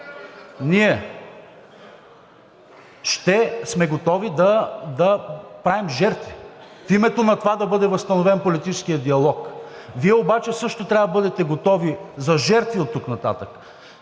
Ние ще сме готови да правим жертви в името на това да бъде възстановен политическият диалог, Вие обаче също трябва да бъдете готови за жертви оттук нататък.